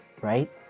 right